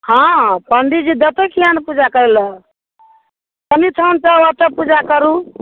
हँ पंडी जी देतै किआ नहि पूजा करै लै चंडीस्थान छै ओतहुँ पूजा करू